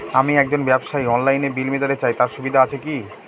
আমি একজন ব্যবসায়ী অনলাইনে বিল মিটাতে চাই তার সুবিধা আছে কি?